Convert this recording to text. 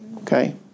Okay